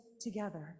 together